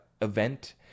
event